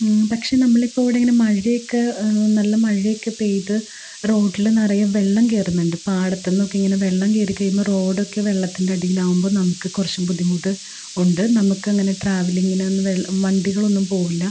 പക്ഷെ നമ്മൾ ഇപ്പോൾ ഇവിടെ ഇങ്ങനെ മഴയൊക്കെ നല്ല മഴ ഒക്കെ പെയ്ത് റോട്ടിൽ നിറയെ വെള്ളം കയറുന്നുണ്ട് പാടത്തുനിന്നൊക്കെ ഇങ്ങനെ വെള്ളം കയറി കഴിയുമ്പോൾ റോഡൊക്കെ വെള്ളത്തിന്റെയടിയിലാവുമ്പോൾ നമുക്ക് കുറച്ച് ബുദ്ധിമുട്ട് ഉണ്ട് നമുക്കങ്ങനെ ട്രാവലിംഗിനൊന്നും വെള്ളം വണ്ടികളൊന്നും പോകില്ല